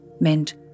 meant